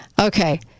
Okay